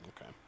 Okay